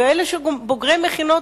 ואלה שבוגרי מכינות,